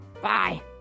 Bye